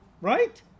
right